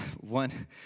one